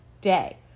day